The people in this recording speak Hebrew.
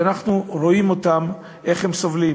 ואנחנו רואים איך הם סובלים.